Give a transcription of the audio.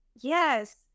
Yes